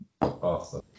Awesome